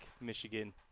michigan